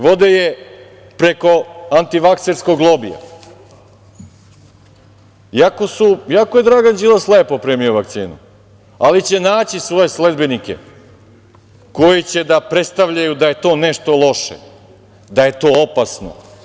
Vode je preko antivakserskog lobija, iako je Dragan Đilas lepo primio vakcinu, ali će naći svoje sledbenike koji će da predstavljaju da je to nešto loše, da je to opasno.